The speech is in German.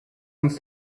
uns